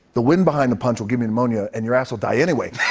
the wind behind the punch will give you pneumonia and your ass will die anyway.